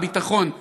ביטחון.